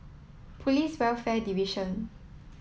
Police Welfare Division